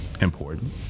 important